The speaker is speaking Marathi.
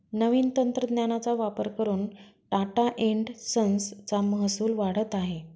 नवीन तंत्रज्ञानाचा वापर करून टाटा एन्ड संस चा महसूल वाढत आहे